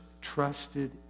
trusted